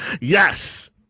Yes